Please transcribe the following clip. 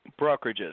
brokerages